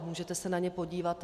Můžete se na ně podívat.